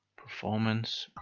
performance.